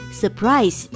surprise